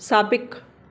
साबिक़ु